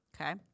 Okay